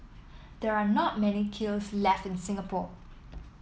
there are not many kilns left in Singapore